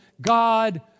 God